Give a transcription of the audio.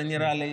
זה נראה לי